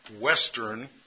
Western